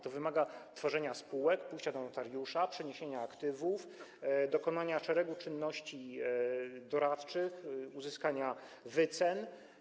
To wymaga tworzenia spółek, pójścia do notariusza, przeniesienia aktywów, dokonania szeregu czynności doradczych, uzyskania wycen.